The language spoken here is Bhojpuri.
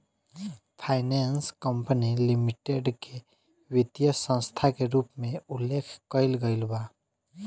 फाइनेंस कंपनी लिमिटेड के वित्तीय संस्था के रूप में उल्लेख कईल गईल बा